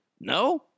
No